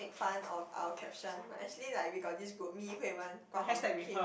make fun of our caption but actually like we got this group me Hui-Wen Guang-Hong Kim